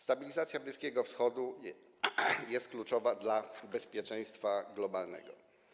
Stabilizacja Bliskiego Wschodu jest kluczowa dla bezpieczeństwa globalnego.